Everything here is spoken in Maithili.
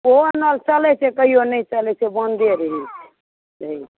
ओहो नल चलैत छै कहियो नहि चलैत छै बन्दे रहैत छै